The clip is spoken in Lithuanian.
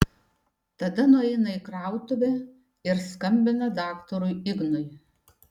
tada nueina į krautuvę ir skambina daktarui ignui